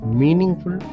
meaningful